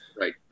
Right